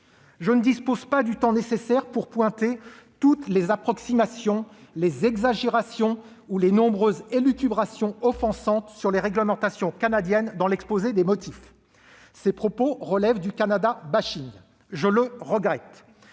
Je ne dispose pas du temps nécessaire ... Heureusement !... pour pointer toutes les approximations, les exagérations ou les nombreuses élucubrations offensantes sur les réglementations canadiennes dans l'exposé des motifs. Ces propos relèvent du « Canada », et je le regrette.